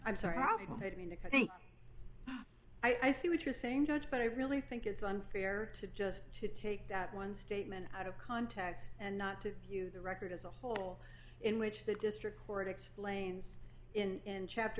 me i see what you're saying judge but i really think it's unfair to just to take that one statement out of context and not to view the record as a whole in which the district court explains in chapter